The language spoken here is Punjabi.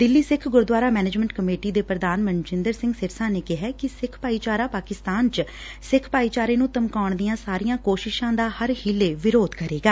ਦਿੱਲੀ ਸਿੱਖ ਗੁਰਦੁਆਰਾ ਮੈਨਜਮੈਂਟ ਕਮੇਟੀ ਦੇ ਪ੍ਰਧਾਨ ਮਨਜਿੰਦਰ ਸਿੰਘ ਸਿਰਸਾ ਨੇ ਕਿਹੈ ਕਿ ਸਿੱਖ ਭਾਈਚਾਰਾ ਪਾਕਿਸਤਾਨ ਚ ਸਿੱਖ ਭਾਈਚਾਰੇ ਨੁੰ ਧਮਕਾਉਣ ਦੀਆਂ ਸਾਰੀਆਂ ਕੋਸ਼ਿਸ਼ਾਂ ਦਾ ਹਰ ਹੀਲੇ ਵਿਰੋਧ ਕਰੇਗਾ